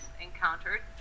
encountered